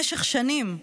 במשך שנים,